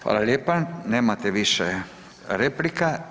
Hvala lijepa, nemate više replika.